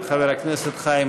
חבר הכנסת עודד פורר,